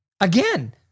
again